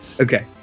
Okay